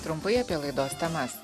trumpai apie laidos temas